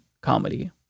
comedy